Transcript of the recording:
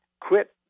quit